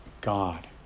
God